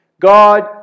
God